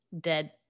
dead